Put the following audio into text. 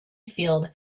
field